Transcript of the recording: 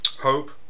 Hope